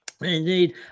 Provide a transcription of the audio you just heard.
Indeed